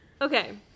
okay